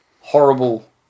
horrible